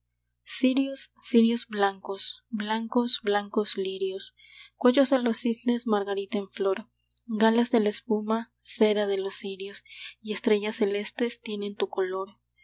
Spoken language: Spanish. cirios cirios blancos blancos blancos lirios cuellos de los cisnes margarita en flor galas de la espuma ceras de los cirios y estrellas celestes tienen tu color